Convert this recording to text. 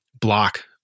block